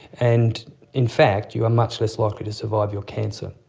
and in fact you are much less likely to survive your cancer.